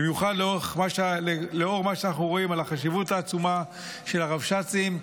במיוחד לאור מה שאנחנו רואים על החשיבות העצומה של הרבש"צים,